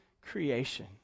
creation